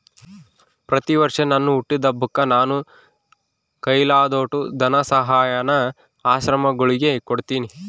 ಪ್ರತಿವರ್ಷ ನನ್ ಹುಟ್ಟಿದಬ್ಬಕ್ಕ ನಾನು ಕೈಲಾದೋಟು ಧನಸಹಾಯಾನ ಆಶ್ರಮಗುಳಿಗೆ ಕೊಡ್ತೀನಿ